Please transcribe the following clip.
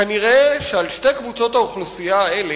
כנראה, על שתי קבוצות האוכלוסייה האלה,